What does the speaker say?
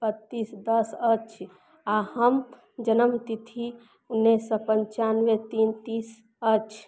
बत्तीस दस अछि आओर हमर जन्मतिथि उनैस सओ पनचानवे तीन तीस अछि